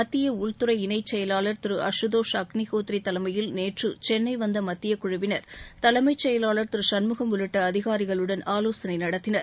மத்திய உள்துறை இணைச் செயலாளர் திரு அசுதோஷ் அக்னிஹோத்ரி தலைமையில் நேற்று சென்னை வந்த மத்தியக் குழுவினர் தலைமைச் செயவாளர் திரு சண்முகம் உள்ளிட்ட அதிகாரிகளுடன் ஆலோசனை நடத்தினர்